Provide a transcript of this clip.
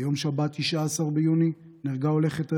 ביום שבת, 19 ביוני, נהרגה הולכת רגל,